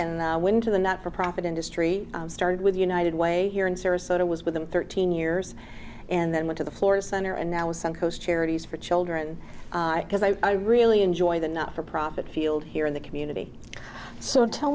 winter the not for profit industry started with united way here in sarasota was with them thirteen years and then went to the floor center and now with some coast charities for children because i really enjoy the not for profit field here in the community so tell